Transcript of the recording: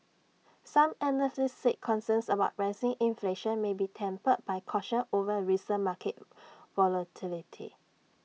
some analysts said concerns about rising inflation may be tempered by caution over recent market volatility